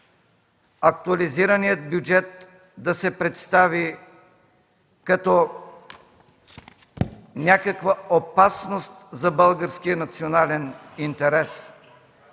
актуализираният бюджет да се представи като някаква опасност за българския национален интерес